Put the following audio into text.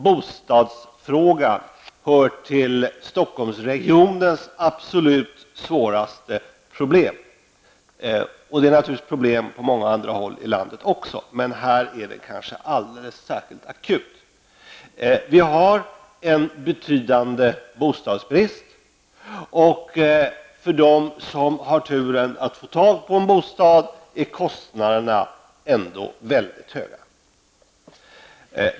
Bostadsfrågan hör ju till Stockholmsregionens absolut svåraste problem. Den är naturligtvis ett problem även på många andra håll i landet, men här är den kanske alldeles särskilt akut. Vi har en betydande bostadsbrist, och för dem som har turen att få tag på en bostad är kostnaderna väldigt höga.